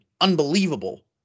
unbelievable